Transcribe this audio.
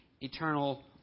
eternal